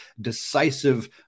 decisive